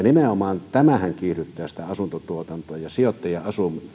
nimenomaan tämähän kiihdyttää sitä asuntotuotantoa ja sijoittajien